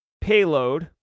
payload